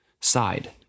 side